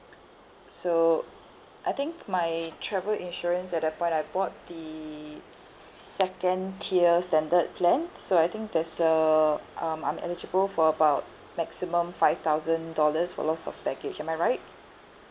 so I think my travel insurance at that point I bought the second tier standard plan so I think there's a um I'm eligible for about maximum five thousand dollars for loss of baggage am I right